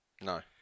No